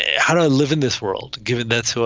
how do i live in this world given that? so,